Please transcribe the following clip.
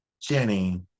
Jenny